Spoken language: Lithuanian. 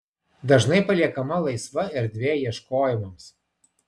dažnai paliekama laisva erdvė ieškojimams